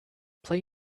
play